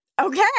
Okay